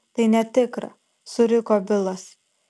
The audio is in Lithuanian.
tai netikra suriko bilas